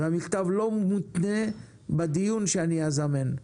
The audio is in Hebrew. והמכתב לא מותנה בדיון שאני אזמן,